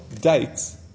dates